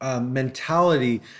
mentality